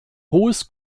hohes